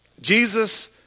Jesus